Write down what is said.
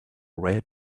red